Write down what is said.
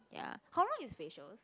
ya how long is facials